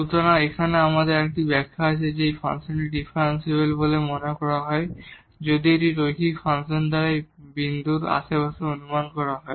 সুতরাং এখানেও আমাদের আরেকটি ব্যাখ্যা আছে যে এই ফাংশনটি ডিফারেনশিবল বলে মনে করা হয় যদি এটি রৈখিক ফাংশন দ্বারা এই বিন্দুর আশেপাশে অনুমান করা যায়